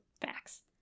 Facts